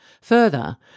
Further